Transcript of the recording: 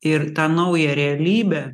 ir tą naują realybę